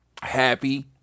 happy